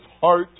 heart